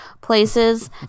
places